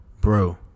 Bro